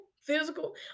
physical